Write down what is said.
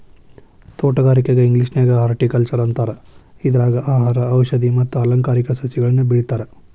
ತೋಟಗಾರಿಕೆಗೆ ಇಂಗ್ಲೇಷನ್ಯಾಗ ಹಾರ್ಟಿಕಲ್ಟ್ನರ್ ಅಂತಾರ, ಇದ್ರಾಗ ಆಹಾರ, ಔಷದಿ ಮತ್ತ ಅಲಂಕಾರಿಕ ಸಸಿಗಳನ್ನ ಬೆಳೇತಾರ